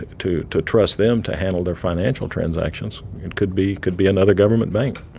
to to trust them to handle their financial transactions. it could be could be another government bank